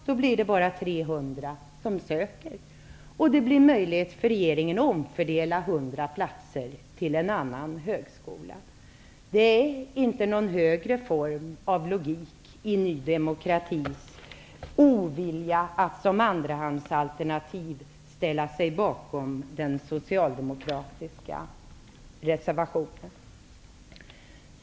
Då blir det bara 300 som söker, och det blir möjlighet för regeringen att omfördela 100 platser till en annan högskola. Det är inte någon högre form av logik i Ny demokratis ovilja mot att som andrahandsalternativ ställa sig bakom den socialdemokratiska reservationen.